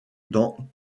dans